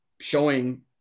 showing